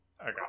Okay